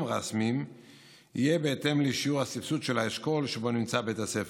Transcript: רשמיים יהיה בהתאם לשיעור הסבסוד של האשכול שבו נמצא בית הספר,